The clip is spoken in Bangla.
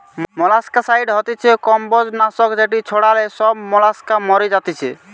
মোলাস্কাসাইড হতিছে কম্বোজ নাশক যেটি ছড়ালে সব মোলাস্কা মরি যাতিছে